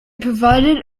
provided